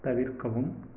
தவிர்க்கவும்